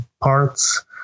parts